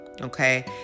Okay